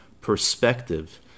perspective